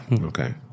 Okay